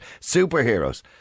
superheroes